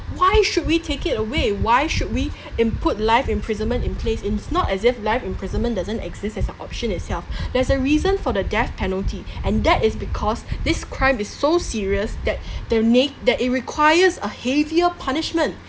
why should we take it away why should we input life imprisonment in place it is not as if life imprisonment doesn't exist as a option itself there's a reason for the death penalty and that is because this crime is so serious that the nac~ that it requires a heavier punishment